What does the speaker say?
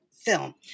film